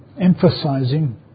emphasizing